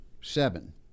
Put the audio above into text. Seven